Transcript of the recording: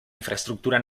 infraestructura